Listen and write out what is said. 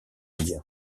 indien